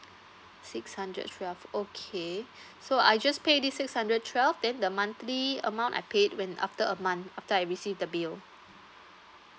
six hundred twelve okay so I just pay this six hundred twelve then the monthly amount I paid when after a month after I received the bill